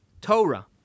Torah